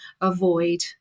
avoid